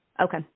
Okay